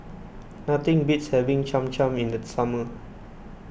nothing beats having Cham Cham in the summer